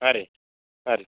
ಹಾಂ ರೀ ಹಾಂ ರೀ